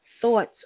thoughts